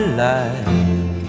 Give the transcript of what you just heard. life